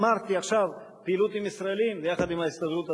אמרתי עכשיו: פעילות עם ישראלים יחד עם ההסתדרות הציונית,